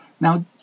Now